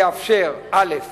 שיאפשר דבר ראשון